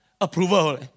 approval